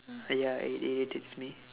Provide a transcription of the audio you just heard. ya it irritates me